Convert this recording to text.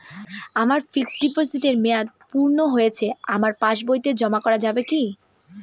আমার ফিক্সট ডিপোজিটের মেয়াদ পূর্ণ হয়েছে আমার পাস বইতে জমা করা যাবে কি?